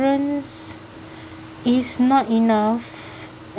is not enough